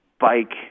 bike